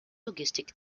logistik